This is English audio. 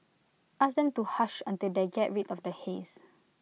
ask them to hush until they get rid of the haze